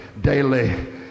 daily